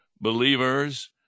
believers